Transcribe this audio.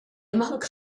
monk